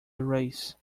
race